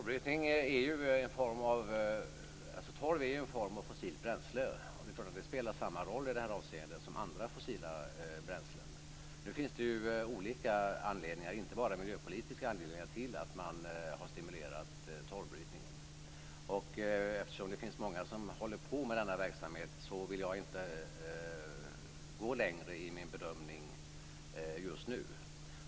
Fru talman! Torv är ju en form av fossilt bränsle, och det är klart att den spelar samma roll i detta avseende som andra fossila bränslen. Nu finns det ju olika anledningar, inte bara miljöpolitiska anledningar, till att man har stimulerat torvbrytningen. Eftersom det finns många som håller på med denna verksamhet, vill jag inte gå längre i min bedömning just nu.